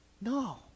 No